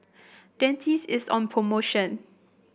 dentiste is on promotion